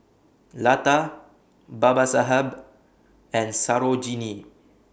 Lata Babasaheb and Sarojini